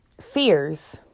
fears